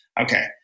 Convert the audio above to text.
okay